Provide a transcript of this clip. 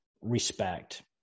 Respect